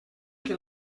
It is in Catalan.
que